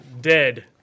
dead